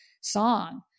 song